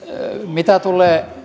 mitä tulee